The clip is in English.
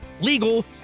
legal